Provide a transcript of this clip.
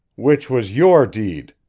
which was your deed!